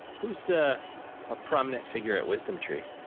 who's a prominent figure at wisdom tree?